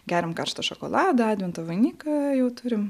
geriam karštą šokoladą advento vainiką jau turim